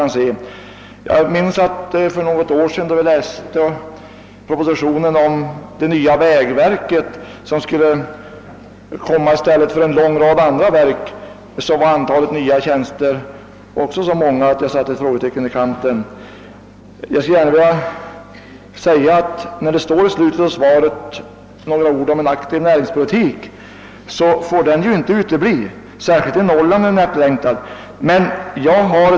När jag för något år sedan läste propositionen om det nya vägverket, som skulle komma i stället för en lång rad andra verk, fann jag att antalet nya tjänster var så stort att jag satte ett frågetecken i kanten. I slutet av svaret säger statsrådet några ord om en aktiv näringspolitik Den får naturligtvis inte utebli — särskilt är den efterlängtad i Norrland.